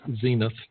Zenith